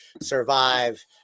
survive